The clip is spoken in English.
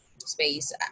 space